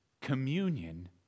Communion